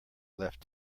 left